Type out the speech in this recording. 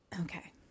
Okay